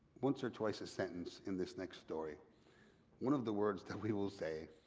once or twice a sentence in this next story one of the words that we will say,